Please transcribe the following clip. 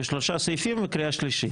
שלושה סעיפים בקריאה שלישית.